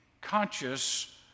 conscious